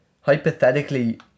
hypothetically